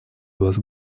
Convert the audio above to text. вас